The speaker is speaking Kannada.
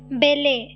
ಬೆಲೆ